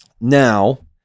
Now